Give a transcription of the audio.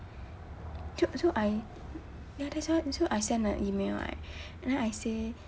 so so I ya that's why so I send a email right and then I say